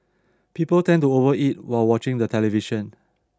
people tend to overeat while watching the television